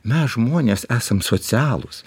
mes žmonės esam socialūs